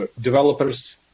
developers